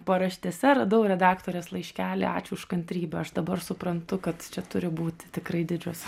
paraštėse radau redaktorės laiškelį ačiū už kantrybę aš dabar suprantu kad čia turi būti tikrai didžios